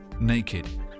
naked